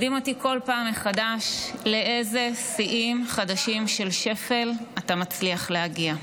מדהים אותי בכל פעם מחדש לאיזה שיאים חדשים של שפל אתה מצליח להגיע.